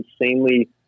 insanely